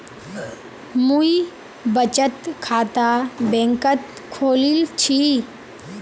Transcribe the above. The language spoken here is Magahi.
मुई बचत खाता बैंक़त खोलील छि